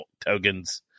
tokens